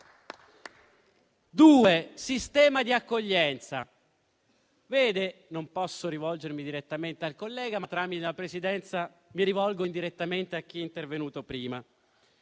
il sistema di accoglienza